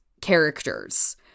characters